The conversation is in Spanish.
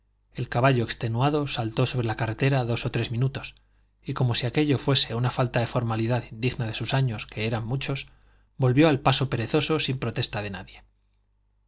el caballo extenuado saltó sobre la carretera dos o tres minutos y como si aquello fuese una falta de formalidad indigna de sus años que eran muchos volvió al paso perezoso sin protesta de nadie